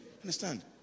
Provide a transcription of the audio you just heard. understand